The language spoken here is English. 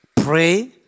Pray